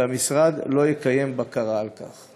והמשרד לא יקיים בקרה על כך.